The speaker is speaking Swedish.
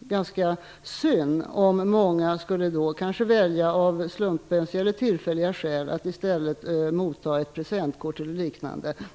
ganska synd om många, av kanske slumpmässiga eller tillfälliga skäl, skulle välja att i stället motta ett presentkort eller liknande.